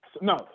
no